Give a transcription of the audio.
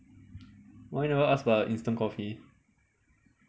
why never ask about instant coffee